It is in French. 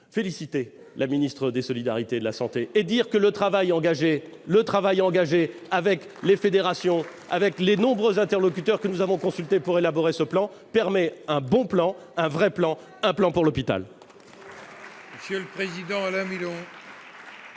féliciter la ministre des solidarités et de la santé et dire que le travail engagé avec les fédérations et les nombreux interlocuteurs que nous avons consultés pour élaborer ce plan permet un bon plan, un vrai plan, un plan pour l'hôpital